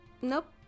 Nope